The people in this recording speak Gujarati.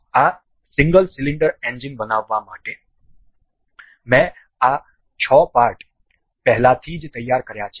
આ સિંગલ સિલિન્ડર એન્જિન બનાવવા માટે મેં આ 6 પાર્ટ પહેલાથી જ તૈયાર કર્યા છે